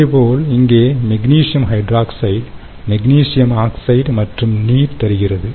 இதேபோல் இங்கே magnesium hydroxide magnesium oxide மற்றும் நீர் தருகிறது